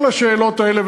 כל השאלות האלה,